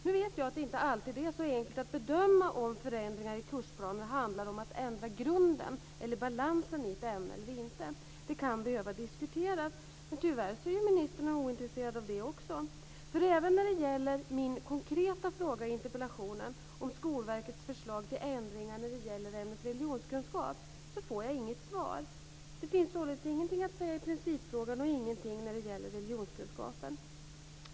Nu vet jag att det inte alltid är så enkelt att bedöma om förändringar i kursplaner handlar om att ändra grunden eller balansen i ett ämne eller inte. Det kan behöva diskuteras, men tyvärr är ministern ointresserad av det också. Även när det gäller min konkreta fråga i interpellationen om Skolverkets förslag till ändringar när det gäller ämnet religionskunskap får jag nämligen inget svar. Det finns således ingenting att säga i principfrågan och ingenting när det gäller religionskunskapen.